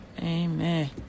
Amen